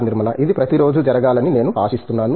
నిర్మలా ఇది ప్రతిరోజూ జరగాలని నేను ఆశిస్తున్నాను